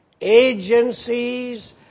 agencies